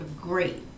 great